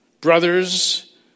brothers